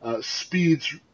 speeds